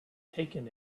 taken